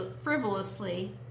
frivolously